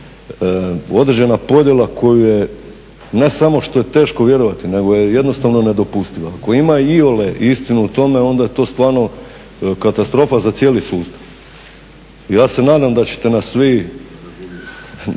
određena podjela koju je, ne samo što je teško vjerovati, nego je jednostavno nedopustiva. Ako ima iole istine u tome onda je to stvarno katastrofa za cijeli sustav. Ja se nadam da ćete nas vi